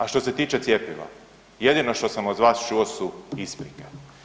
A što se tiče cjepiva, jedino što sam od vas čuo su isprike.